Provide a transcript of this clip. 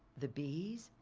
the bees?